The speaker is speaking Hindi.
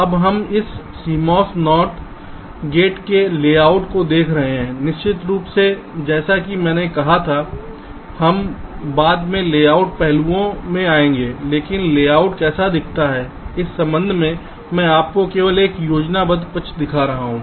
अब हम इस CMOS NOT गेट के लेआउट को देख रहे हैं निश्चित रूप से जैसा कि मैंने कहा था हम बाद में लेआउट पहलुओं में आएंगे लेकिन लेआउट कैसे दिखता है इस संबंध में मैं आपको केवल एक योजनाबद्ध पक्ष दिखा रहा हूं